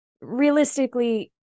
realistically